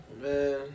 Man